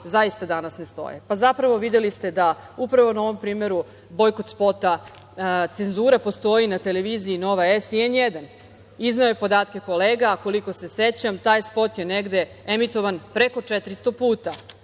zaista danas ne stoje. Zapravo, videli ste da upravo na ovom primeru, bojkot spota, cenzura postoji na televiziji Nova S i N1. Izneo je podatke kolega. Koliko se sećam, taj spot je emitovan preko 400 puta.